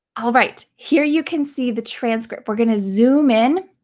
alright, here you can see the transcript. we're gonna zoom in.